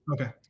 Okay